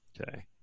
okay